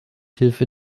hilfe